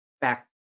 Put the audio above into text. back